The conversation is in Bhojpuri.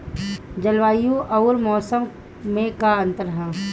जलवायु अउर मौसम में का अंतर ह?